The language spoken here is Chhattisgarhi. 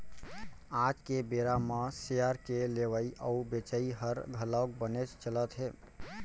आज के बेरा म सेयर के लेवई अउ बेचई हर घलौक बनेच चलत हे